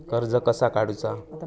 कर्ज कसा काडूचा?